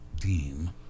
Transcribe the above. Dean